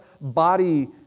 body